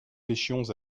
pêchions